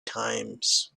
times